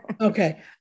Okay